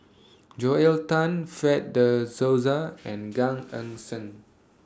Joel Tan Fred De Souza and Gan Eng Seng